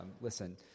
Listen